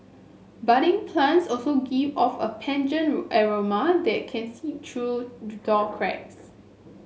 budding plants also give off a pungent aroma that can seep through door cracks